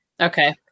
okay